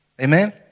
Amen